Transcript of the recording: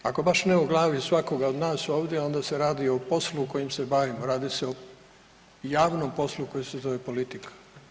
Ako baš ne u glavi svakog od nas ovdje, onda se radi o poslu kojim se bavimo, radi se o javnom poslu koji se zove politika.